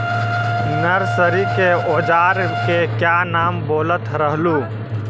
Nursery के ओजार के क्या नाम बोलत रहलू?